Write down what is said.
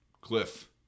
cliff